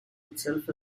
itself